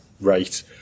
rate